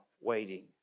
waiting